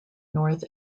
north